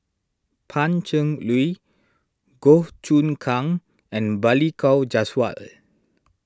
Pan Cheng Lui Goh Choon Kang and Balli Kaur Jaswal